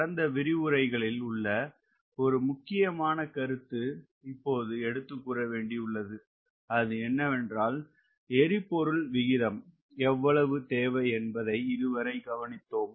கடந்த விரிவுரைகளில் உள்ள ஒரு முக்கியமான கருத்து இப்போது எடுத்துக்கூற வேண்டியுள்ளது அது என்னவென்றால் எரிபொருள் விகிதம் எவ்வளவு தேவை என்பதை இதுவரை கவனித்தோம்